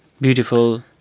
Beautiful